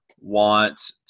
want